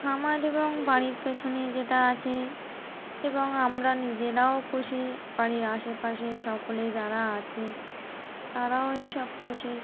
খামার এবং বাড়ির পেছনে যেটা আছে এবং আমরা নিজেরাও পষি বাড়ির আশেপাশে সকলে যারা আছে তারাও এইসব পষে